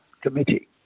committee